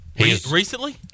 Recently